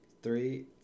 Three